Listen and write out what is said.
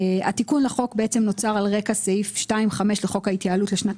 התיקון לחוק נוצר על רקע סעיף 2(5) לחוק ההתייעלות לשנת